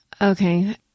Okay